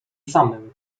samym